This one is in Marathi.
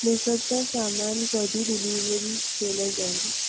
मेकअपचा सामान कधी डिलिव्हरी केलं जाईल